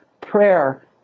Prayer